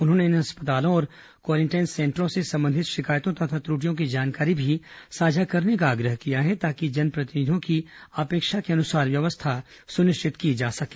उन्होंने इन अस्पतालों और क्वारेंटाइन सेंटरों से संबंधित शिकायतों तथा त्रटियों की जानकारी भी साझा करने का आग्रह किया है ताकि जनप्रतिनिधियों की अपेक्षा के अनुरूप व्यवस्था सुनिश्चित की जा सकें